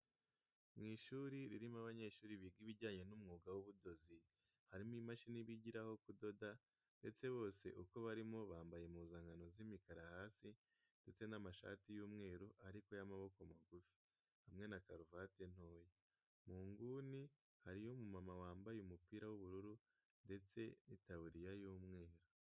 Mu ishuri ririmo abanyeshuri biga ibijyanye n'umwuga w'ubudozi, harimo imashini bigiraho kudoda ndetse bose uko barimo bambaye impuzankano z'imikara hasi ndetse n'amashati y'umweru ariko y'amaboko magufi hamwe na karuvati ntoya. Mu nguni hariyo umumama wambaye umupira w'ubururu ndetse n'itaburiya y'umweru.